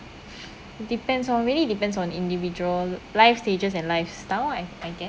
depends on really depends on individual life stages and lifestyle I I guess